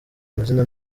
amazina